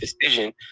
decision